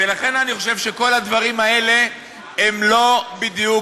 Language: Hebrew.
ולכן אני חושב שכל הדברים האלה הם לא בדיוק,